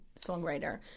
songwriter